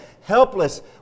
helpless